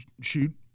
shoot